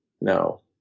no